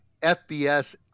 FBS